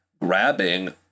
grabbing